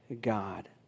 God